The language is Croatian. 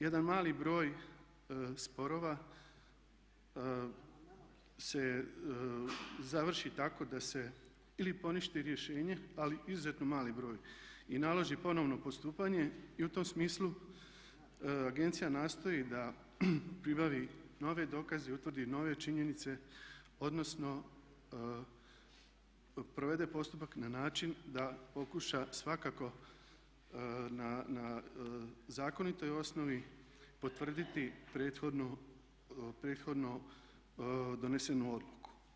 Jedan mali broj sporova se završi tako da se ili poništi rješenje ali izuzetno mali broj i naloži ponovno postupanje i u tom smislu agencija nastoji da pribavi nove dokaze i utvrdi nove činjenice odnosno provede postupak na način da pokuša svakako na zakonitoj osnovi potvrditi prethodno donesenu odluku.